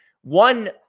One